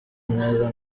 neza